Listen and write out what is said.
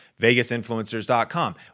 vegasinfluencers.com